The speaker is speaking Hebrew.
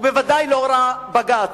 ובוודאי לאור הבג"ץ.